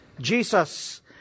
Jesus